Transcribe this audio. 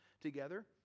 together